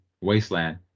wasteland